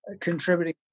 contributing